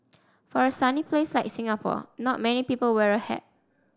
for a sunny place like Singapore not many people wear a hat